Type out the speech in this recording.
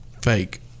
Fake